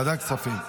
ועדת כספים.